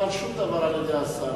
היות שלא נאמר שום דבר על-ידי השר,